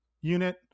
unit